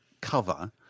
cover